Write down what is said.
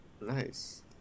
nice